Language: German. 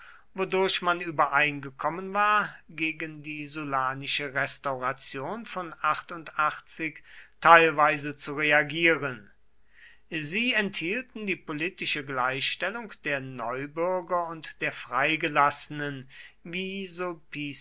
wodurch man übereingekommen war gegen die sullanische restauration von teilweise zu reagieren sie enthielten die politische gleichstellung der neubürger und der freigelassenen wie